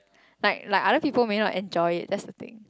like like other people may not enjoy it that's the thing